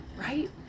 right